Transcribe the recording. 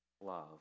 love